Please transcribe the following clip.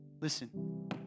Listen